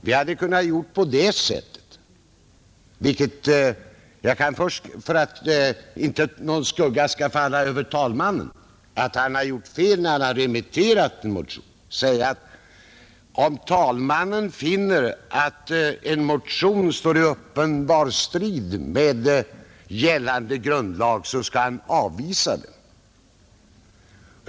För att någon skugga inte skall falla på talmannen och ingen skall tro att han gjort fel när han remitterat motionerna vill jag påpeka, att om talmannen finner att en motion står i uppenbar strid med gällande grundlag skall han avvisa den.